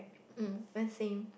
mm mine's same